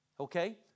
Okay